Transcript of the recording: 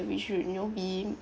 we should you know be